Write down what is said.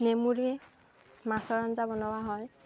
নেমুৰে মাছৰ আঞ্জা বনোৱা হয়